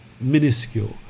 minuscule